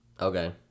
okay